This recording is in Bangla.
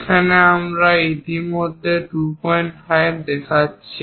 এখানে আমরা ইতিমধ্যে 25 দেখাচ্ছে